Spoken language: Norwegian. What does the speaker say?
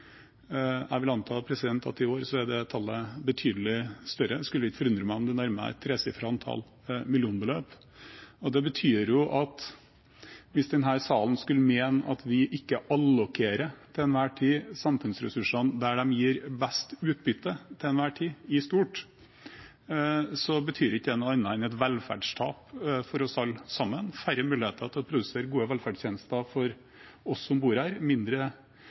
Jeg vil anta at i år er det tallet betydelig større. Det skulle ikke forundre meg om det er nærmere et tresifret millionbeløp. Det betyr at hvis denne salen skulle mene at vi ikke til enhver tid allokerer samfunnsressursene der de gir best utbytte til enhver tid, i stort, betyr ikke det noe annet enn et velferdstap for oss alle sammen, færre muligheter til å produsere gode velferdstjenester for oss som bor her, mindre